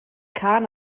kahn